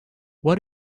what